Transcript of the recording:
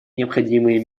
необходимые